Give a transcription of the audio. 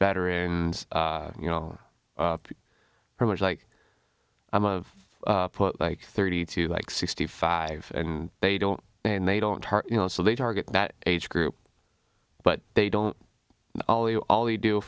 veterans you know how much like i'm a put like thirty two like sixty five and they don't and they don't you know so they target that age group but they don't all the all